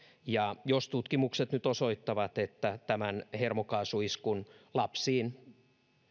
ja jos tutkimukset nyt osoittavat että tämän hermokaasuiskun lapsiin